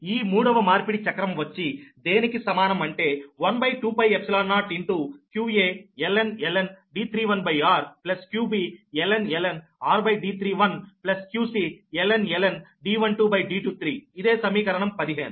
ఈ మూడవ మార్పిడి చక్రం వచ్చి దేనికి సమానం అంటే 12π0qaln D31r qbln rD31qcln D12D23 ఇదే సమీకరణం 15